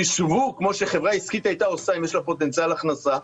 תשבו כמו שחברה עסקית הייתה עושה אם יש לה פוטנציאל הכנסה,